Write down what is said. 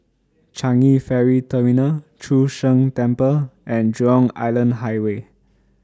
Changi Ferry Terminal Chu Sheng Temple and Jurong Island Highway